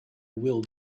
will